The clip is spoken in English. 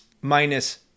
minus